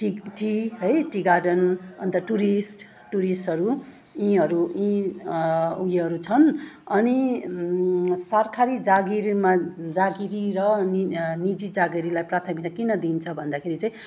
टिक tea है tea garden अन्त tourist टुरिस्टहरू यीहरू यी उयोहरू छन् अनि सरकारी जागिरमा जागिरी र नि निजी जागिरीलाई प्राथमिकता किन दिइन्छ भन्दाखेरि चाहिँ